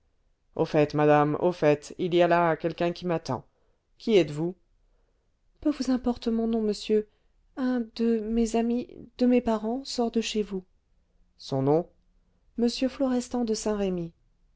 au fait madame au fait il y a là quelqu'un qui m'attend qui êtes-vous peu vous importe mon nom monsieur un de mes amis de mes parents sort de chez vous son nom m florestan de saint-remy